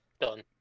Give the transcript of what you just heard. done